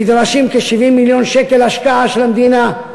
נדרשים כ-70 מיליון שקל השקעה של המדינה,